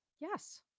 Yes